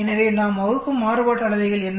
எனவே நாம் வகுக்கும் மாறுபாட்டு அளவைகள் என்ன